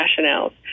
rationales